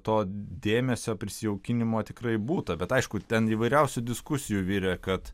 to dėmesio prisijaukinimo tikrai būta bet aišku ten įvairiausių diskusijų virė kad